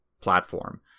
platform